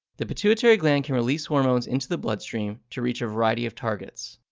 the pituitary gland can release hormones into the bloodstream to reach a variety of targets.